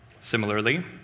Similarly